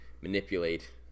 manipulate